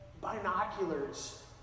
binoculars